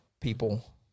people